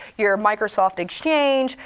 your microsoft exchange,